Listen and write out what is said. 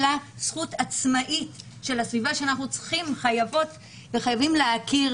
אלא זכות עצמאית של הסביבה שאנחנו חייבות וחייבים להכיר